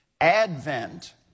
Advent